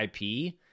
IP